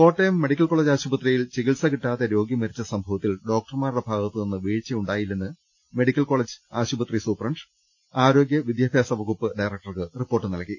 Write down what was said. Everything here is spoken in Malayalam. കോട്ടയം മെഡിക്കൽ കോളജ്ആശുപത്രിയിൽ ചികിത്സ കിട്ടാതെ രോഗി മരിച്ച സംഭവത്തിൽ ഡോക്ടർമാരുടെ ഭാഗത്തുനിന്ന് വീഴ്ച ഉണ്ടായില്ലെന്ന് മെഡിക്കൽ കോളജ് ആശുപത്രി സൂപ്രണ്ട് ആരോഗ്യ വിദ്യാഭ്യാസവകുപ്പ് ഡയറക്ടർക്ക് റിപ്പോർട്ട് നൽകി